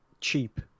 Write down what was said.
cheap